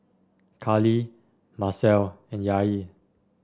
Carlie Marcelle and Yair